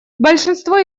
большинство